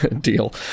Deal